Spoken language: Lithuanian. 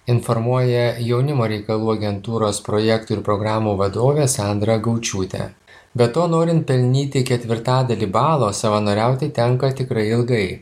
informuoja jaunimo reikalų agentūros projektų ir programų vadovė sandra gaučiūtė be to norint pelnyti ketvirtadalį balo savanoriauti tenka tikrai ilgai